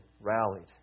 rallied